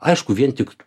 aišku vien tik